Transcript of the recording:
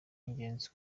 ingenzi